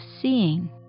seeing